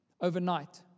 overnight